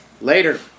Later